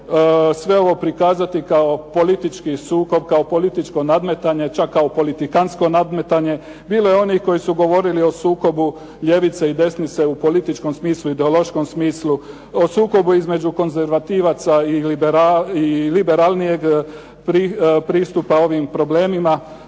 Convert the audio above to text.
sve ovo prikazati kao politički sukob, kao političko nadmetanje, čak kao politikansko nadmetanje. Bilo je onih koji su govorili o sukobu ljevice i desnice u političkom smislu, ideološkom smislu, o sukobu između konzervativaca i liberalnijeg pristupa ovim problemima,